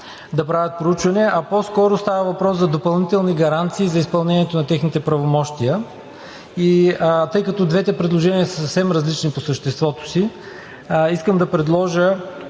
да правят проучвания, а по-скоро става въпрос за допълнителни гаранции за изпълнението на техните правомощия. Тъй като двете предложения са съвсем различни по съществото си, искам да предложа